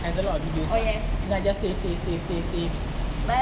there's a lot of video ah then I just save save save save